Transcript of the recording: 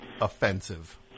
offensive